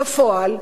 בפועל,